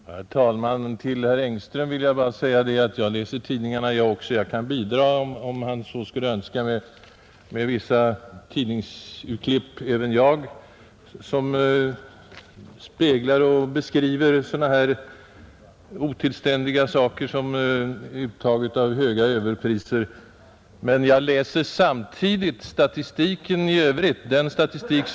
Herr talman! Till herr Engström vill jag bara säga att jag läser tidningarna jag också — jag kan även jag bidra, om herr Engström så skulle önska, med vissa tidningsurklipp som beskriver sådana här otillständiga saker som uttag av höga överpriser. Men jag läser samtidigt statistiken och övrigt informationsmaterial.